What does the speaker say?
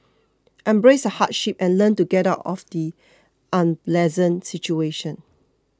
embrace the hardship and learn to get out of the unpleasant situation